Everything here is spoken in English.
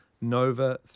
Nova